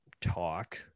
talk